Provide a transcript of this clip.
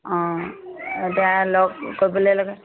অঁ এতিয়া লগ কৰিবলৈ লাগে